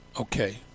Okay